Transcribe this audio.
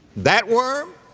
that worm?